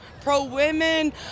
pro-women